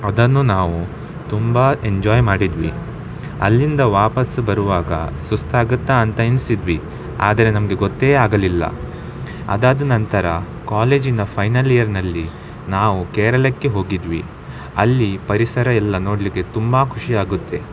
ಅದನ್ನು ನಾವು ತುಂಬ ಎಂಜಾಯ್ ಮಾಡಿದ್ವಿ ಅಲ್ಲಿಂದ ವಾಪಸ್ ಬರುವಾಗ ಸುಸ್ತಾಗತ್ತಾ ಅಂತ ಎಣಿಸಿದ್ವಿ ಆದರೆ ನಮಗೆ ಗೊತ್ತೇ ಆಗಲಿಲ್ಲ ಅದಾದ ನಂತರ ಕಾಲೇಜಿನ ಫೈನಲ್ ಇಯರ್ನಲ್ಲಿ ನಾವು ಕೇರಳಕ್ಕೆ ಹೋಗಿದ್ವಿ ಅಲ್ಲಿ ಪರಿಸರ ಎಲ್ಲ ನೋಡಲಿಕ್ಕೆ ತುಂಬ ಖುಷಿಯಾಗುತ್ತೆ